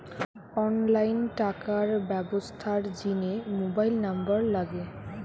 online টাকার ব্যবস্থার জিনে মোবাইল নম্বর লাগে